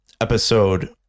episode